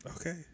Okay